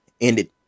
ended